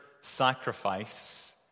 sacrifice